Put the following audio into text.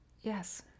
Yes